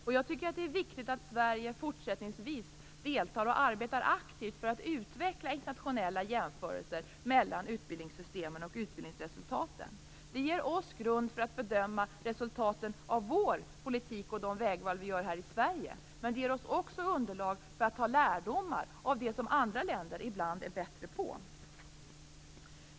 Det är också viktigt att Sverige fortsättningsvis deltar och arbetar aktivt för att utveckla internationella jämförelser mellan utbildningssystemen och utbildningsresultaten. Det ger oss en grund för att bedöma resultaten av vår politik och de vägval vi gör här i Sverige. Men det ger oss också underlag för att dra lärdomar av det som andra länder ibland är bättre på.